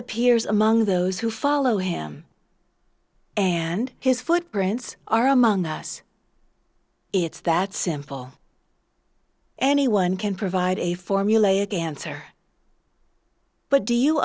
appears among those who follow him and his footprints are among us it's that simple anyone can provide a formulaic answer but do you